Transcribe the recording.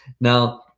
Now